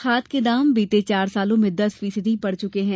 खाद के दाम बीते चार सालों में दस फीसदी बढ़ चुके हैं